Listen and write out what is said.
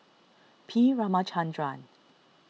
R Ramachandran